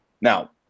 now